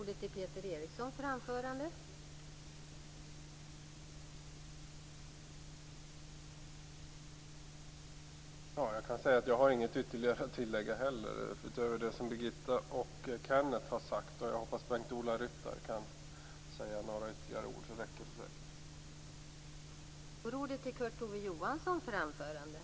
Fru talman! Inte heller jag har något ytterligare att tillägga utöver det som Birgitta Hambraeus och Kenneth Kvist har sagt. Jag hoppas att Bengt-Ola Ryttar kan säga några ytterligare ord, så räcker säkert det.